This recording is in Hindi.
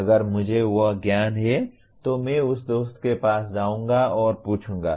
अगर मुझे वह ज्ञान है तो मैं उस दोस्त के पास जाऊंगा और पूछूंगा